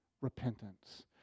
repentance